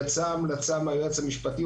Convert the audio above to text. יצאה המלצה מהיועץ המשפטי.